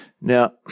Now